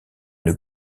une